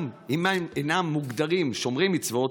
גם אם אינם מוגדרים שומרי מצוות,